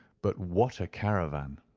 but what a caravan!